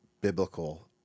biblical